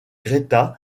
greta